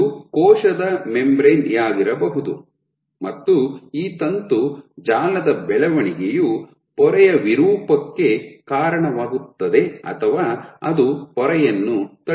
ಇದು ಕೋಶದ ಮೆಂಬರೇನ್ ಯಾಗಿರಬಹುದು ಮತ್ತು ಈ ತಂತು ಜಾಲದ ಬೆಳವಣಿಗೆಯು ಪೊರೆಯ ವಿರೂಪಕ್ಕೆ ಕಾರಣವಾಗುತ್ತದೆ ಅಥವಾ ಅದು ಪೊರೆಯನ್ನು ತಳ್ಳುತ್ತದೆ